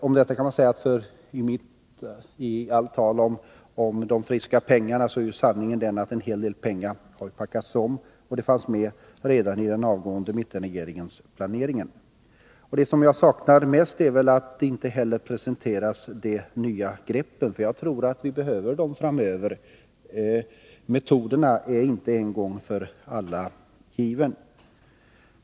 Om detta kan man säga att mitt i allt tal om de friska pengarna är sanningen att en hel del pengar har packats om. De fanns med redan i den avgående mittenregeringens planering. Det jag saknat mest är att inte heller några nya grepp presenteras. Jag tror att vi behöver dem framöver. Metoderna är inte en gång för alla givna.